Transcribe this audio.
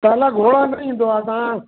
काला घोड़ा न ईंदो आहे असां